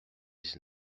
dix